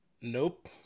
Nope